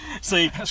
See